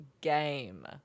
game